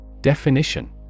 Definition